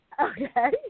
Okay